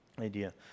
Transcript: idea